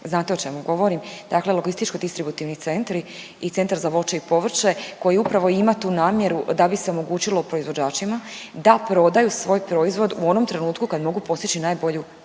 znate o čemu govorim, dakle logističko distributivni centri i centar za voće i povrće koji upravo ima tu namjeru da bi se omogućilo proizvođačima da prodaju svoj proizvod u onom trenutku kad mogu postići najbolju cijenu